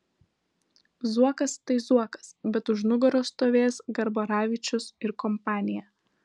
zuokas tai zuokas bet už nugaros stovės garbaravičius ir kompanija